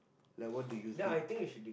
like what do you think